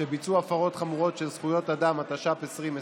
שביצעו הפרות חמורות של זכויות אדם), התש"ף 2020,